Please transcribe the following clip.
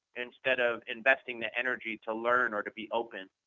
instead of investing the energy to learn or to be open.